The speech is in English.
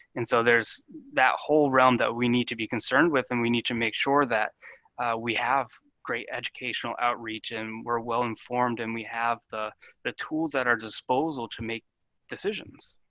and so there's that whole realm that we need to be concerned with and we need to makes sure that we have great educational outreach and we're well informed and we have the the tools at our disposal to make decisions.